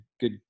good